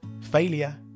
failure